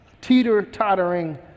teeter-tottering